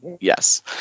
Yes